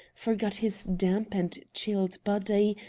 forgot his damp and chilled body,